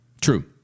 True